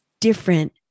different